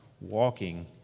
walking